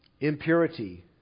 impurity